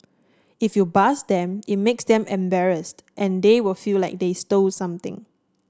if you buzz them it makes them embarrassed and they will feel like they stole something